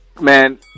man